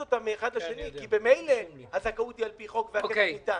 אותם מאחד לשני כי ממילא הזכאות היא על-פי חוק והכסף ניתן.